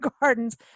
gardens